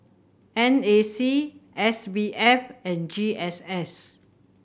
N A C S B F and G S S